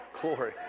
glory